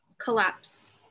Collapse